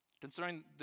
Concerning